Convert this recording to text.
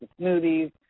smoothies